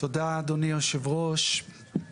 אדוני היושב-ראש, תודה.